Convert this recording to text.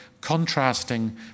contrasting